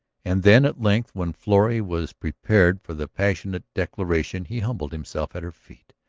and then at length when florrie was prepared for the passionate declaration he humbled himself at her feet,